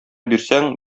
бирсәң